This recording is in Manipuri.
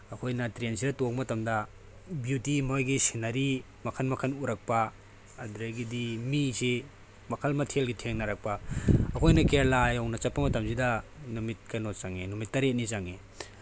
ꯑꯩꯈꯣꯏꯅ ꯇ꯭ꯔꯦꯟꯁꯤꯗ ꯇꯣꯡꯕ ꯃꯇꯝꯗ ꯕ꯭ꯌꯨꯇꯤ ꯃꯣꯏꯒꯤ ꯁꯤꯅꯔꯤ ꯃꯈꯜ ꯃꯈꯜ ꯎꯔꯛꯄ ꯑꯗꯨꯗꯒꯤꯗꯤ ꯃꯤꯁꯤ ꯃꯈꯜ ꯃꯊꯦꯜꯒꯤ ꯊꯦꯡꯅꯔꯛꯄ ꯑꯩꯈꯣꯏꯅ ꯀꯦꯔꯦꯂꯥ ꯌꯧꯅ ꯆꯠꯄ ꯃꯇꯝꯁꯤꯗ ꯅꯨꯃꯤꯠ ꯀꯩꯅꯣ ꯆꯥꯡꯏ ꯅꯨꯃꯤꯠ ꯇꯔꯦꯠꯅꯤ ꯆꯪꯏ